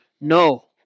No